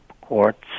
courts